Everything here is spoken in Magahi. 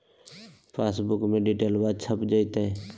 पासबुका में डिटेल्बा छप जयते?